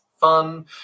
fun